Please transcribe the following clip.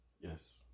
Yes